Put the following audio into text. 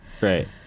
Right